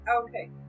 Okay